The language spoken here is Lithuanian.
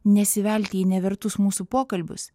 nesivelti į nevertus mūsų pokalbius